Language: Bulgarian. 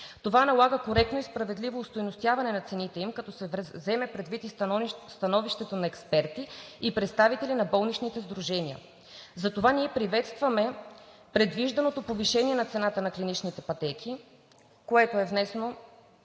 Това налага коректно и справедливо остойностяване на цените им, като се вземе предвид и становището на експертите и представителите на болничните сдружения. Затова ние приветстваме предвижданото повишение на цената на клиничните пътеки, което е внесено